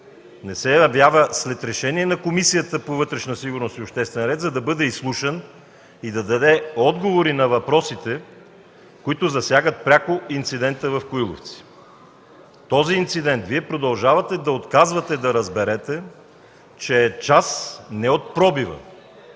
не се явява, след решение на Комисията по вътрешна сигурност и обществен ред, за да бъде изслушан и да даде отговори на въпросите, които засягат пряко инцидента в Коиловци. Този инцидент Вие продължавате да отказвате да разберете, че е част не от пробива,